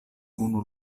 unu